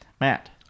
Matt